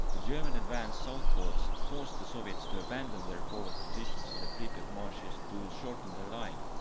the german advance southwards forced the soviets to abandon their forward positions in the pripyat marshes to shorten their line.